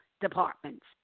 departments